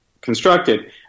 constructed